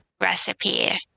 recipe